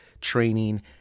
Training